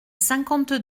cinquante